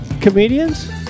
comedians